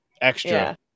Extra